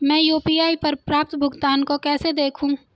मैं यू.पी.आई पर प्राप्त भुगतान को कैसे देखूं?